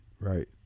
Right